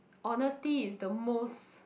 honesty is the most